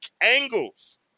angles